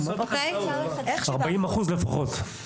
40% לפחות.